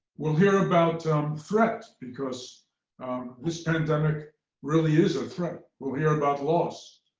we'll hear about um threat because this pandemic really is a threat. we'll hear about loss.